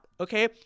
okay